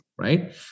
Right